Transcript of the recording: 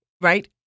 Right